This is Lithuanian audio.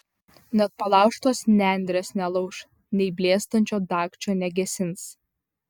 net palaužtos nendrės nelauš nei blėstančio dagčio negesins